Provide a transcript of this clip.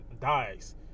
dies